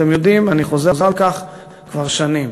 אתם יודעים, אני חוזר על כך כבר שנים: